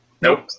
Nope